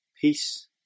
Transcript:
Peace